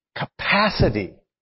capacity